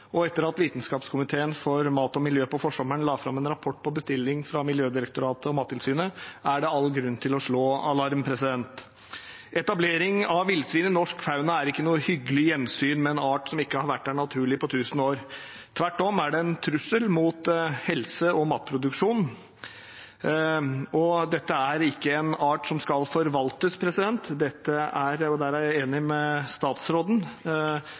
og etter at Vitenskapskomiteen for mat og miljø på forsommeren la fram en rapport på bestilling av Miljødirektoratet og Mattilsynet, er det all grunn til å slå alarm. Etablering av villsvin i norsk fauna innebærer ikke noe hyggelig gjensyn med en art som ikke har vært her naturlig på 1 000 år. Tvert om er det en trussel mot helse og matproduksjon. Dette er ikke en art som skal forvaltes, dette er – og der er jeg enig med statsråden